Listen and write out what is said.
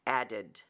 added